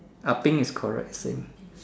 ah pink is correct same